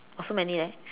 oh so many leh